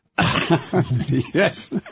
Yes